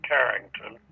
Carrington